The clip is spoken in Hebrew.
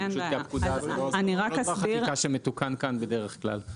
כי זה לא חקיקה שמתוקן כאן בדרך כלל.